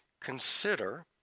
Consider